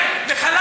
לך.